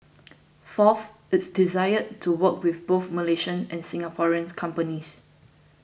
fourth its desire to work with both Malaysian and Singaporean companies